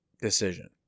decision